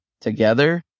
together